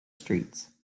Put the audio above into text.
streets